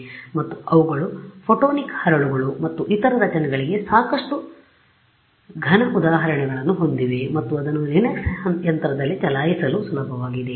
ಮತ್ತು ಅವುಗಳು ಫೋಟೊನಿಕ್ ಹರಳುಗಳು ಮತ್ತು ಇತರ ರಚನೆಗಳಿಗೆ ಸಾಕಷ್ಟು ಘನ ಉದಾಹರಣೆಗಳನ್ನು ಹೊಂದಿವೆ ಮತ್ತು ಅದನ್ನು ಲಿನಕ್ಸ್ ಯಂತ್ರದಲ್ಲಿ ಚಲಾಯಿಸಲು ಸುಲಭವಾಗಿದೆ